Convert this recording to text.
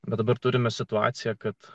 bet dabar turime situaciją kad